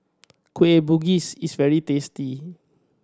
Kueh Bugis is very tasty